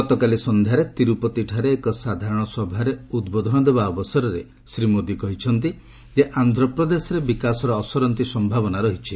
ଗତକାଲି ସନ୍ଧ୍ୟାରେ ତୀରୂପତିଠାରେ ଏକ ସାଧାରଣ ସଭାରେ ଉଦ୍ବୋଧନ ଦେବା ଅବସରରେ ଶ୍ରୀ ମୋଦି କହିଛନ୍ତି ଯେ ଆନ୍ଧ୍ରପ୍ରଦେଶରେ ବିକାଶର ଅସରନ୍ତି ସମ୍ଭାବନା ରହିଛି